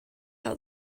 how